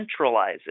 centralizes